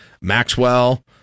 maxwell